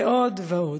ועוד ועוד.